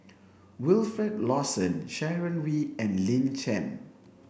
Wilfed Lawson Sharon Wee and Lin Chen